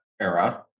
era